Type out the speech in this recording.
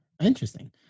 Interesting